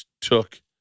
took